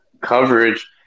coverage